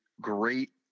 great